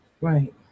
Right